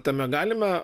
tame galima